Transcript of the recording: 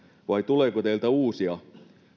vai tuleeko teiltä uusia